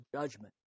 judgment